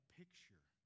picture